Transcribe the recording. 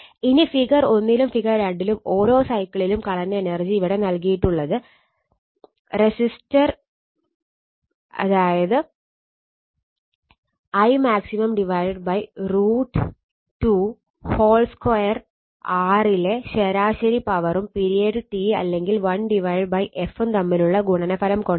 ഇനി ഫിഗർ 1 ലും ഫിഗർ 2 ലും ഓരോ സൈക്കിളിലും കളഞ്ഞ എനർജി ഇവിടെ നൽകിയിട്ടുള്ളത് റെസിസ്റ്റർ Imax √2 2 R ലെ ശരാശരി പവറും പിരിയഡ് T അല്ലെങ്കിൽ 1 f ഉം തമ്മിലുള്ള ഗുണനഫലം കൊണ്ടാണ്